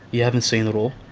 you haven't seen it all.